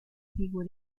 figura